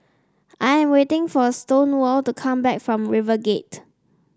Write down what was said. I'm waiting for Stonewall to come back from RiverGate